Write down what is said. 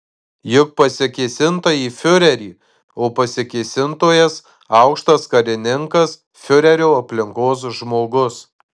juk pasikėsinta į fiurerį o pasikėsintojas aukštas karininkas fiurerio aplinkos žmogus